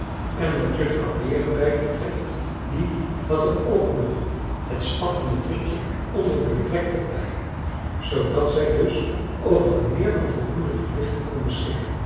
en wat juffrouw berebijt betreft die had er ook nog het spattende pitje onder den trekpot bij zoodat zij dus over een meer dan voldoende verlichting kon beschikken